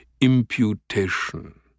imputation